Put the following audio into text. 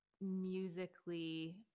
musically